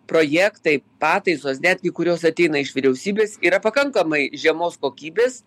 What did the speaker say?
projektai pataisos netgi kurios ateina iš vyriausybės yra pakankamai žemos kokybės